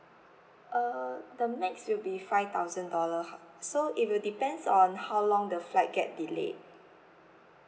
uh the next will be five thousand dollars ha so it will depends on how long the flight get delayed